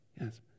Yes